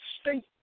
state